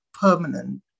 permanent